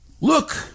look